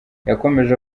yakomeje